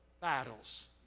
battles